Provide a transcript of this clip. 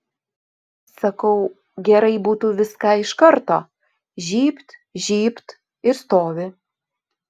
sakau gerai būtų viską iš karto žybt žybt ir stovi